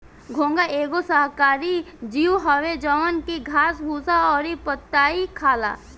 घोंघा एगो शाकाहारी जीव हवे जवन की घास भूसा अउरी पतइ खाला